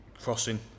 crossing